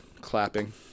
clapping